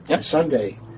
Sunday